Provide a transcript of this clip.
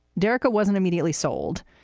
derica wasn't immediately sold,